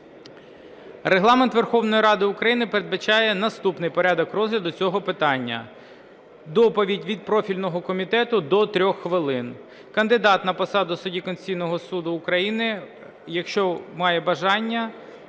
Регламент Верховної Ради України передбачає наступний порядок розгляду цього питання. Доповідь від профільного комітету – до 3 хвилин. Кандидат на посаду судді Конституційного Суду України, якщо має бажання,